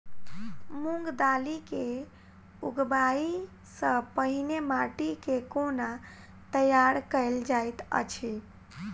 मूंग दालि केँ उगबाई सँ पहिने माटि केँ कोना तैयार कैल जाइत अछि?